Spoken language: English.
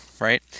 Right